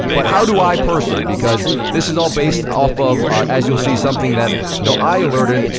but how do i personally, because this is all based off of, as you'll see, something that, you know, i alerted,